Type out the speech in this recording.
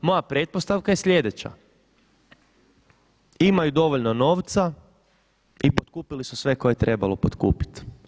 Moja pretpostavka je slijedeća: imaju dovoljno novca i potkupili su sve koje je trebalo potkupiti.